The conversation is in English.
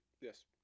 yes